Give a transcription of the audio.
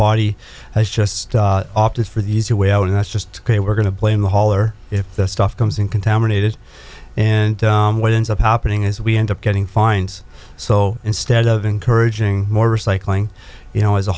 body has just opted for the easy way out and that's just a we're going to blame the hauler if the stuff comes in contaminated and what ends up happening is we end up getting fines so instead of encouraging more recycling you know as a